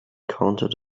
counted